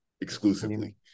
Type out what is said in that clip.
exclusively